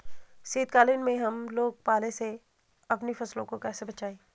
शीतकालीन में हम लोग पाले से अपनी फसलों को कैसे बचाएं?